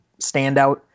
standout